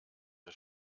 der